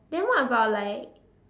then what about like